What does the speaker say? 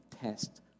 test